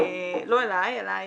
לא אליי, אליי